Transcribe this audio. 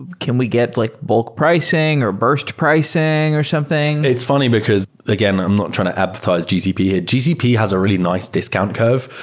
can we get like bulk pricing or burst pricing or something? it's funny because again, i'm not trying to advertise gcp. gcp has a really nice discount curve.